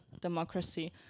democracy